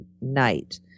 night